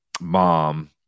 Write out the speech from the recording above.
mom